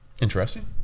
Interesting